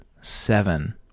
seven